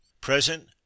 Present